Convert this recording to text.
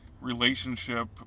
relationship